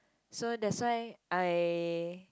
so that's why I